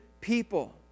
people